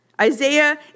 Isaiah